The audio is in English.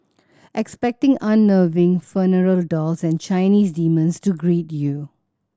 expect unnerving funeral dolls and Chinese demons to greet you